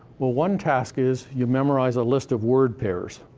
well, one task is you memorize a list of word pairs,